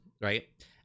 right